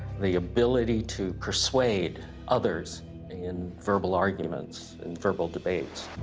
the ability to persuade others in verbal arguments, and verbal debates.